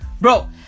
Bro